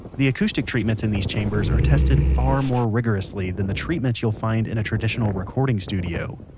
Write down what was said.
the acoustic treatments in these chambers are tested far more rigorously than the treatments you'll find in a traditional recording studio.